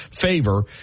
favor